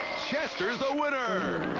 chester's ah winner!